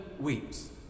weeps